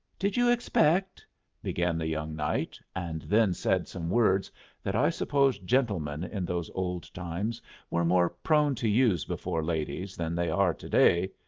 did you expect began the young knight, and then said some words that i suppose gentlemen in those old times were more prone to use before ladies than they are to-day.